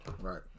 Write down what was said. right